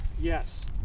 yes